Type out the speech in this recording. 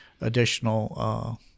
additional